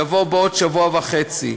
יבוא בעוד שבוע וחצי.